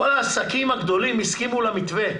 כל העסקים הגדולים הסכימו למתווה.